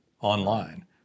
online